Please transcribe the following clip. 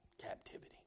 Captivity